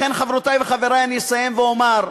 לכן, חברותי וחברי, אני אסיים ואומר: